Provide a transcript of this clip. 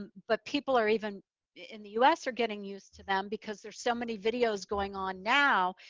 and but people are even in the us are getting used to them because there's so many videos going on now,